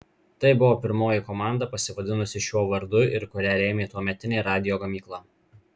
tai buvo pirmoji komanda pasivadinusi šiuo vardu ir kurią rėmė tuometinė radijo gamykla